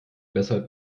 weshalb